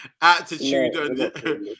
Attitude